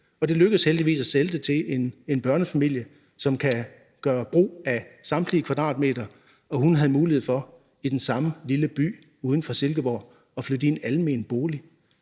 og det lykkedes heldigvis at sælge det til en børnefamilie, som kan gøre brug af samtlige kvadratmeter, og hun havde mulighed for i den samme lille by uden for Silkeborg at flytte i en almen bolig,